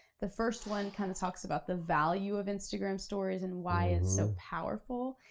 the first one kinda talks about the value of instagram stories, and why it's so powerful,